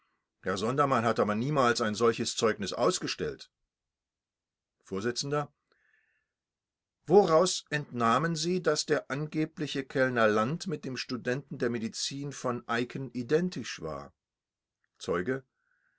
herr sondermann hatte aber niemals ein solches zeugnis ausgestellt vors woraus entnahmen sie daß der angebliche kellner land mit dem studenten der medizin v eicken cken identisch war zeuge